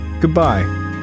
Goodbye